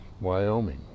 Wyoming